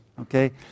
Okay